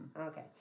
okay